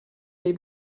les